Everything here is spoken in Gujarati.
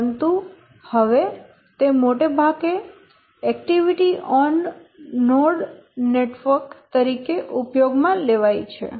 પરંતુ હવે તે મોટે ભાગે એક્ટિવિટી ઓન નોડ નેટવર્ક તરીકે ઉપયોગમાં લેવાય છે